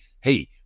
hey